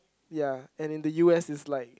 ya and in the U_S it's like